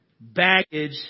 baggage